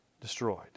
destroyed